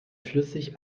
flüssig